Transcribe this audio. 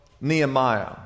Nehemiah